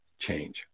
change